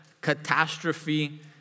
catastrophe